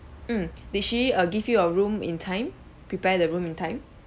mm did she err give you a room in time prepare the room in time